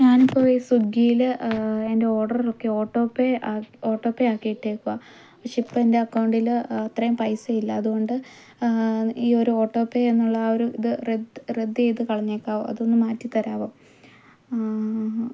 ഞാനിപ്പോൾ ഈ സ്വിഗ്ഗില് എൻ്റെ ഓർഡറൊക്കെ ഓട്ടോ പേ ആ ഓട്ടോ പേ ആക്കി ഇട്ടേക്കുവാ പക്ഷേ ഇപ്പോൾ എൻ്റെ അക്കൗണ്ടിൽ അത്രേം പൈസ ഇല്ല അതുകൊണ്ട് ഈ ഒരു ഓട്ടോ പേ എന്നുള്ള ആ ഒരു ഇത് റദ്ദ് റദ്ദ് ചെയ്തു കളഞെക്കുവാണ് അതൊന്ന് മാറ്റി തരാവോ